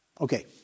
Okay